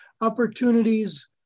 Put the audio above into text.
opportunities